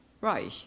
Reich